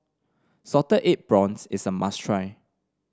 Salted Egg Prawns is a must try